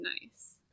nice